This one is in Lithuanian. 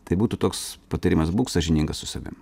tai būtų toks patarimas būk sąžiningas su savim